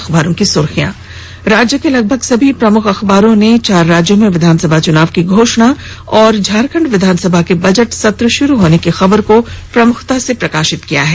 अखबारों की सुर्खियां राज्य के लगभग सभी प्रमुख अखबारों ने चार राज्यों में विधानसभा चुनाव की घोषणा और झारखंड विधानसभा के बजट सत्र शुरू होने की खबर को प्रमुखता से प्रकाशित किया है